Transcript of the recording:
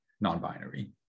non-binary